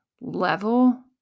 level